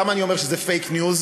למה אני אומר שזה fake news?